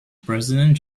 president